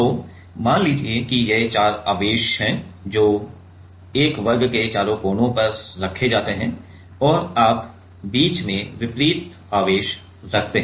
तो मान लीजिए कि ये चार आवेश हैं जो एक वर्ग के चारों कोनों पर रखे जाते हैं और आप बीच में विपरीत आवेश रखते हैं